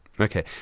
Okay